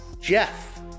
Jeff